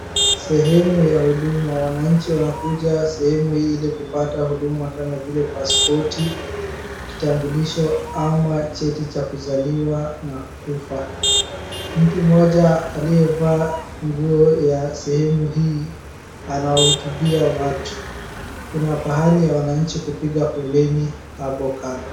Sehemu ya huduma wanaanchi wanakuja katika sehemu hii kupata huduma kama vile paspoti kitambulisho ama cheti cha kuzaliwa na kufa ,mtu mmoja aliyevaa nguo ya sehemu hii anahutubia watu kuna pahali ya wanaanchi kupiga foleni hapo kando.